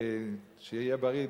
שיהיה בריא,